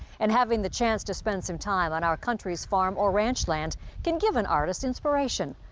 and having the chance to spend some time on our country's farm or ranch land can give an artist inspiration.